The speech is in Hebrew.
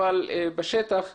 אבל בשטח,